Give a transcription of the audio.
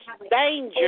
danger